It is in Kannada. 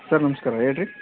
ಸರ್ ನಮಸ್ಕಾರ ಹೇಳಿ ರೀ